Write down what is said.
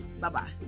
Bye-bye